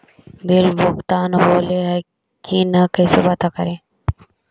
Bill भुगतान होले की न कैसे पता करी?